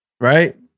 right